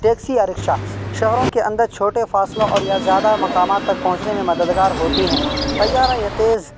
taxi یا رکشہ شہروں کے اندر چھوٹے فاصلوں اور یا زیادہ مقامات تک پہنچنے میں مددگار ہوتی ہیں طیارہ یہ تیز